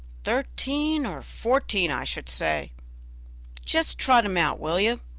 thirteen or fourteen, i should say just trot him out, will you?